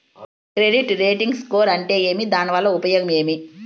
Credit rating score అంటే ఏమి దాని వల్ల ఉపయోగం ఏమి?